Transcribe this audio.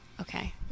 Okay